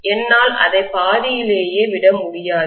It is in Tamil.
என்னால் அதை பாதியிலேயே விட முடியாது